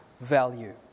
value